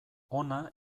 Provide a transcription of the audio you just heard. hona